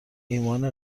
ایمان